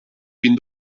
bin